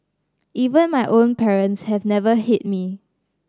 even my own parents have never hit me